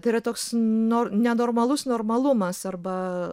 tai yra toks ne nenormalus normalumas arba